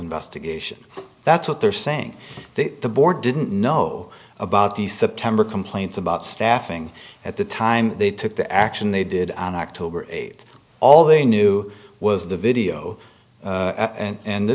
investigation that's what they're saying the board didn't know about the september complaints about staffing at the time they took the action they did on october eighth all they knew was the video and the